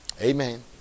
Amen